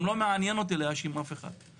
גם לא מעניין אותי להאשים אף אחד,